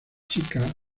chica